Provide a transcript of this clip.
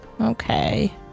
Okay